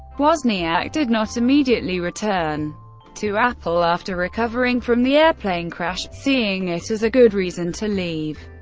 wozniak did not immediately return to apple after recovering from the airplane crash, seeing it as a good reason to leave.